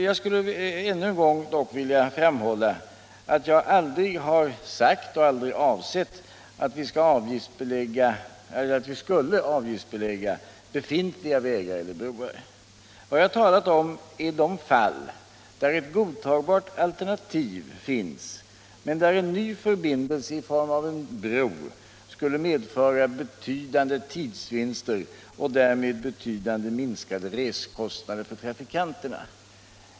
Jag skulle dock ännu en gång vilja framhålla att jag aldrig har sagt och heller aldrig avsett att vi skulle ha avgiftsbelagda befintliga vägar eller broar. Vad jag har talat om är de fall där ett godtagbart alternativ finns men där en ny förbindelse i form av en bro skulle medföra betydande tidsvinster och därmed betydligt minskade reskostnader för trafikanterna.